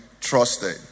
trusted